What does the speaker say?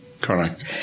Correct